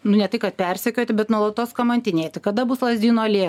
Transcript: nu ne tai kad persekioti bet nuolatos kamantinėti kada bus lazdynų alėja